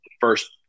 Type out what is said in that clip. first